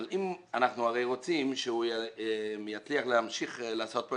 אבל אנחנו הרי רוצים שהוא ימשיך לעשות את